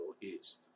East